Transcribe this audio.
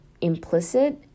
implicit